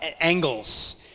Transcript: angles